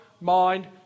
mind